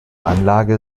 anlage